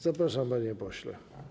Zapraszam, panie pośle.